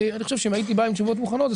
אני חושב שאם הייתי בא עם תשובות מוכנות זה